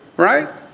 right.